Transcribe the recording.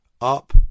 Up